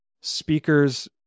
speakers